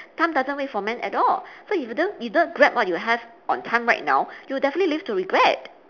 time doesn't wait for man at all so if you don't if you don't grab what you have on time right now you will definitely live to regret